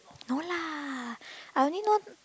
no lah I only know